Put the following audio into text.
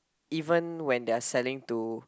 even when they are selling to